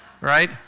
Right